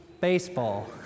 baseball